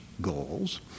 goals